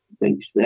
thanks